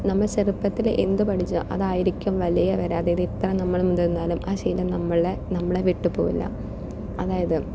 നമ്മൾ ചെറുപ്പത്തിൽ എന്ത് പഠിച്ചു അതായിരിക്കും വലിയവരെ അത് എത്ര നമ്മൾ മുതിർന്നാലും ആ ശീലം നമ്മളെ നമ്മളെ വിട്ടു പോകില്ല അതായത്